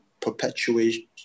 perpetuation